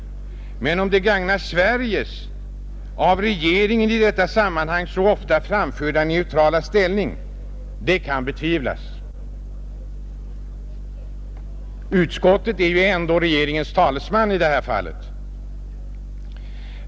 Men om den gagnar Sveriges, av regeringen i detta sammanhang så ofta poängterade neutrala ställning, det kan betvivlas, Och utskottet är ju ändå regeringens talesman i det här fallet.